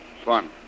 Fun